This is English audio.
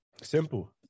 simple